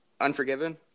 Unforgiven